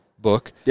Book